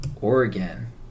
Oregon